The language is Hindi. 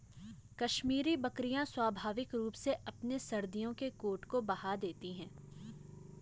कश्मीरी बकरियां स्वाभाविक रूप से अपने सर्दियों के कोट को बहा देती है